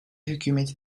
hükümeti